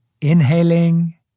Inhaling